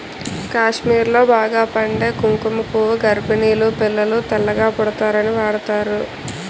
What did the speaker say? కాశ్మీర్లో బాగా పండే కుంకుమ పువ్వు గర్భిణీలు పిల్లలు తెల్లగా పుడతారని వాడుతారు